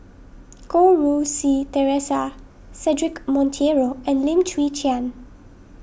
Goh Rui Si theresa Cedric Monteiro and Lim Chwee Chian